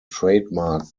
trademark